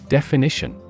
Definition